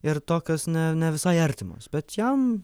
ir tokios ne ne visai artimos bet jam